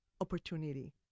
opportunity